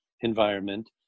environment